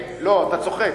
לא, אתה צוחק.